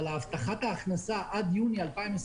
אבל הבטחת ההכנסה עד יוני 2021